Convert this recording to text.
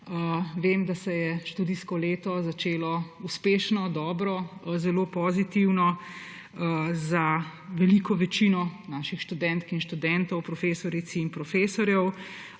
vem, da se je študijsko leto začelo uspešno, dobro, zelo pozitivno za veliko večino naših študentk in študentov, profesoric in profesorjev,